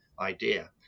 idea